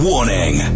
Warning